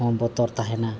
ᱦᱚᱸ ᱵᱚᱛᱚᱨ ᱛᱟᱦᱮᱱᱟ